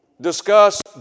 discuss